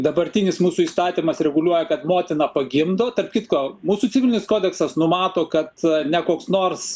dabartinis mūsų įstatymas reguliuoja kad motina pagimdo tarp kitko mūsų civilinis kodeksas numato kad ne koks nors